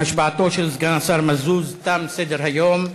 עם השבעת סגן השר מזוז תם סדר-היום.